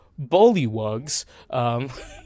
Bullywugs